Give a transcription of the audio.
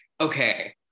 okay